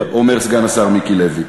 יותר, אומר סגן השר מיקי לוי.